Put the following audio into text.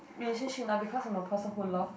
relationship now because I'm a person who love